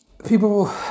People